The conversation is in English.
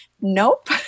nope